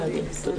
תודה